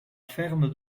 ferme